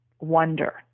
Wonder